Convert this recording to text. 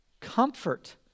Comfort